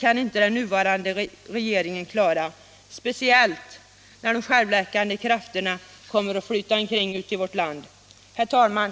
kommer den nuvarande regeringen inte att klara — speciellt när de självläkande krafterna kömmer att flyta omkring i vårt land. Herr talman!